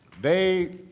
they